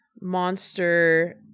Monster